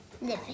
living